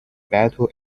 battle